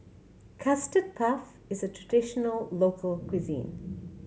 Custard Puff is a traditional local cuisine